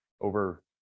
over